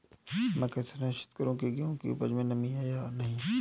मैं कैसे सुनिश्चित करूँ की गेहूँ की उपज में नमी है या नहीं?